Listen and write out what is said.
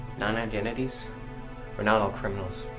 non-identities we're not all criminals.